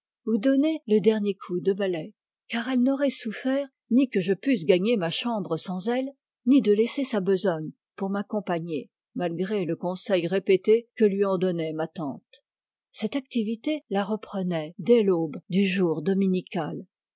ou donné le dernier coup de balai car elle n'aurait souffert ni que je pusse gagner ma chambre sans elle ni de laisser sa besogne pour m'accompagner malgré le conseil répété que lui en donnait ma tante cette activité la reprenait dès l'aube du jour dominical